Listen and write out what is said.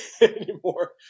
anymore